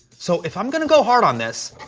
so, if i'm gonna go hard on this,